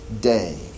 day